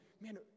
man